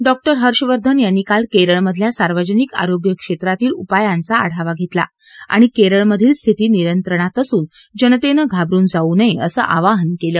doctor Harshvardhan यांनी काल केरळमधल्या सार्वजनिक आरोग्य क्षेत्रातील उपायांचा आढावा घेतला आणि केरळमधील स्थिती नियंत्रणात असून जनतेनं घाबरुन जाऊ नये असं आवाहनही केलं